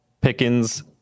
Pickens